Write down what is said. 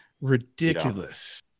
ridiculous